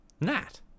Nat